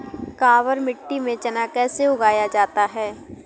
काबर मिट्टी में चना कैसे उगाया जाता है?